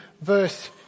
verse